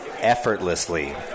Effortlessly